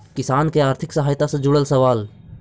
किसान के आर्थिक सहायता से जुड़ल सवाल?